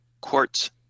quartz